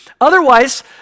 Otherwise